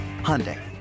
Hyundai